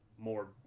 More